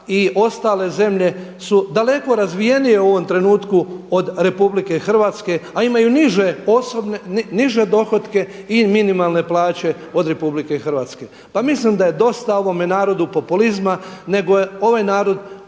i ostale zemlje su daleko razvijenije u ovom trenutku od RH a imaju niže dohotke i minimalne plaće od RH. Pa mislim da je dosta ovome narodu populizma nego ovaj narod